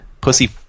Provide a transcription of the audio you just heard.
Pussy